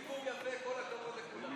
תתחילו לארוז.